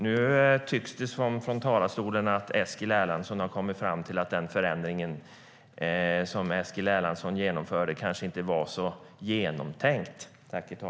Nu låter det från talarstolen som om Eskil Erlandsson har kommit fram till att den förändring som Eskil Erlandsson genomförde kanske inte var så genomtänkt.